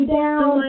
down